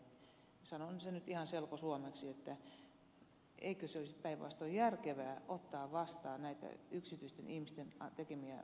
räsänen täällä sanoi sanon sen nyt ihan selkosuomeksi että eikö se olisi päinvastoin järkevää ottaa vastaan näitä yksityisten ihmisten tekemiä rahoituksia